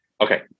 Okay